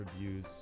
reviews